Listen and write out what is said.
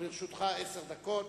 גם לרשותך עשר דקות.